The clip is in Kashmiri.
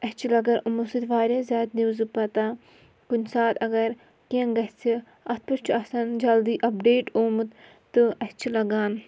اَسہِ چھِ لگان یِمو سۭتۍ واریاہ زیادٕ نِوزٕ پَتہ کُنہِ ساتہٕ اَگر کینٛہہ گژھِ اَتھ پٮ۪ٹھ چھُ آسان جلدی اَپڈیٹ آمُت تہٕ اَسہِ چھِ لَگان